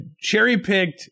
cherry-picked